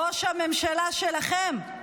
ראש הממשלה שלכם.